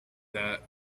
that